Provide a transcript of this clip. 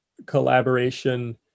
collaboration